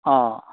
অঁ